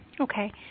Okay